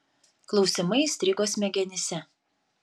klausimai įstrigo smegenyse